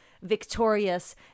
victorious